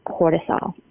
cortisol